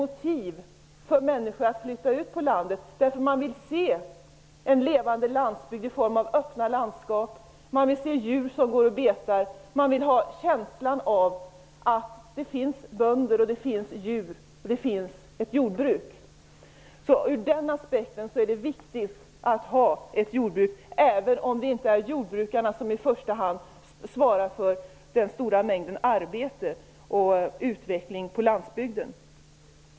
Motivet för människor att flytta ut på landet är många gånger att de vill se en levande landsbygd i form av öppna landskap. De vill se djur som går och betar. De vill känna att det finns bönder, djur och ett jordbruk. Ur den aspekten är det viktigt att det finns ett jordbruk, men det är inte jordbrukarna som i första hand svarar för den stora mängden arbete och utvecklingen på landsbygden.